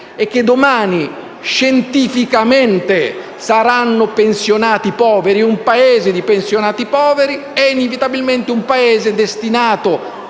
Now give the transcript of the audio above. e che domani, scientificamente, saranno pensionati poveri. Un Paese di pensionati poveri è inevitabilmente un Paese destinato